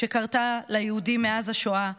שקרתה ליהודים מאז השואה,